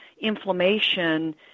inflammation